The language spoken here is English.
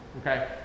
okay